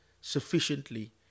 sufficiently